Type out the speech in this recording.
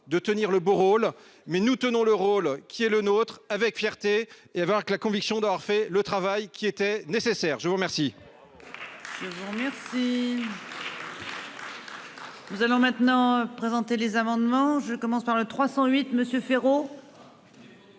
de tenir le beau rôle mais nous tenons le rôle qui est le nôtre avec fierté et alors que la conviction d'avoir fait le travail qu'il était nécessaire, je vous remercie.